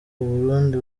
burundi